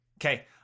Okay